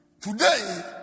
Today